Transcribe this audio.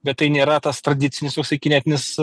bet tai nėra tas tradicinis toksai kinetinis